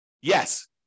Yes